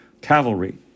cavalry